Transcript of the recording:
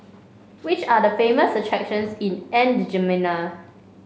which are the famous attractions in N'Djamena